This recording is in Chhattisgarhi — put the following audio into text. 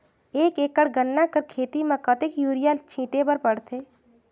एक एकड़ गन्ना कर खेती म कतेक युरिया छिंटे बर पड़थे?